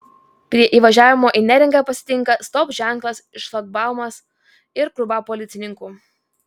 prie įvažiavimo į neringą pasitinka stop ženklas šlagbaumas ir krūva policininkų